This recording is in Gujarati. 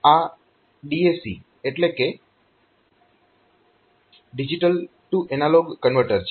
તો આ DAC એટલે કે ડિજીટલ ટૂ એનાલોગ કન્વર્ટર છે